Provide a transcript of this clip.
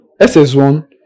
SS1